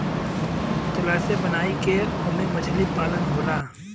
ताजा पानी के जलाशय बनाई के ओमे मछली पालन होला